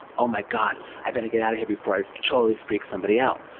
oh my god, i better get out of here before i totally freak somebody out.